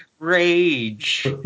Rage